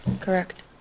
Correct